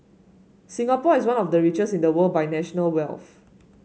Singapore is one of the richest in the world by national wealth